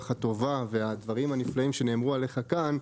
הטובה והדברים הנפלאים שנאמרו עליך כאן,